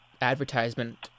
advertisement